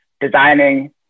designing